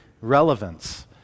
relevance